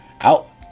Out